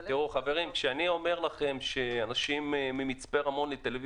אבל של --- כשאני אומר לכם שאנשים מגיעים ממצפה רמון לתל אביב